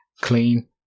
clean